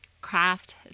craft